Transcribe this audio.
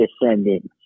descendants